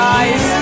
eyes